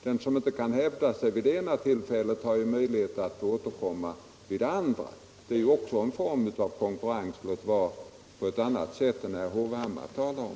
Den som inte kan hävda sig vid det ena tillfället har ju möjlighet att återkomma vid det andra. Det är också en form av konkurrens, låt vara på ett annat sätt än herr Hovhammar talar om.